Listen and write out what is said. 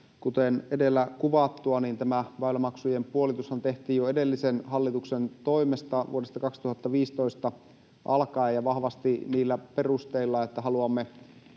kuten edellä kuvattua, tämä väylämaksujen puolitushan tehtiin jo edellisen hallituksen toimesta vuodesta 2015 alkaen ja vahvasti niillä perusteilla, että haluamme